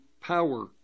power